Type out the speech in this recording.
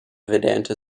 vedanta